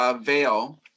Veil